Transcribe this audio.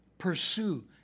Pursue